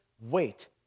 wait